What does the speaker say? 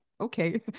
okay